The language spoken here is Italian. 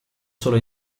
solo